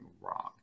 wrong